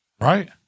Right